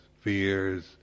fears